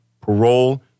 parole